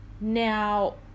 now